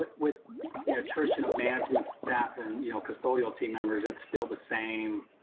but with the attrition of management staff and you know custodial team members, it's still the same.